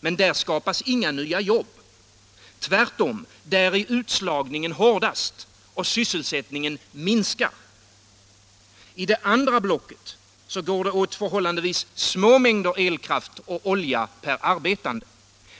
Men där skapas inga nya jobb. Tvärtom, där är utslagningen hårdast och sysselsättningen minskar. I det andra blocket går det åt förhållandevis små mängder elkraft och olja per arbetande.